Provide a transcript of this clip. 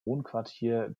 wohnquartier